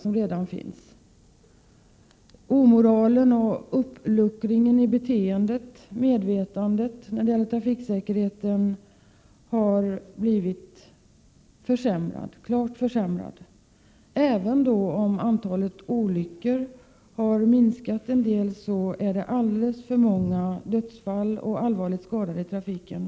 Omoralen i trafiken och uppluckringen av beteendet har ökat, och medvetandet när det gäller trafiksäkerheten har blivit klart försämrat. Även om antalet olyckor har minskat en del, inträffar fortfarande alldeles för många dödsfall och alldeles för många skadas i trafiken.